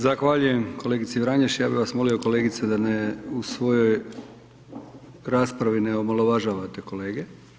Zahvaljujem kolegici Vranješ, ja bi vas molio kolegice da ne, u svojoj raspravi ne omalovažavate kolege.